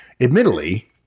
Admittedly